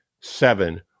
Seven